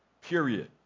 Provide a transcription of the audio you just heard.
period